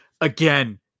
again